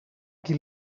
qui